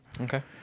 Okay